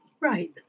Right